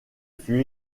fut